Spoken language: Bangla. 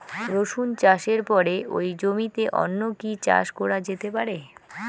রসুন চাষের পরে ওই জমিতে অন্য কি চাষ করা যেতে পারে?